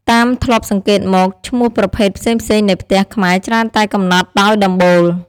តាមធ្លាប់សង្កេតមក ឈ្មោះប្រភេទផ្សេងៗនៃផ្ទះខ្មែរច្រើនតែកំណត់ដោយដំបូល។